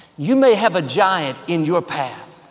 you may have a giant in your path,